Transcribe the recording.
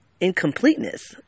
Incompleteness